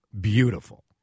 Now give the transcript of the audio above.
beautiful